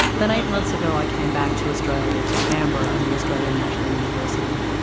then eight months ago i came back to australia, to canberra, and the australian national university.